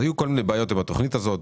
אז היו כל מיני בעיות עם התכנית הזאת,